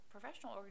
professional